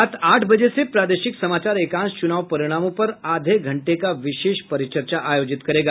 रात आठ बजे से प्रादेशिक समाचार एकांश चुनाव परिणामों पर आधे घंटे का विशेष परिचर्चा आयोजित करेगा